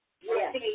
Yes